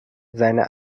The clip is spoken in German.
seine